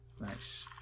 Nice